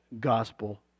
gospel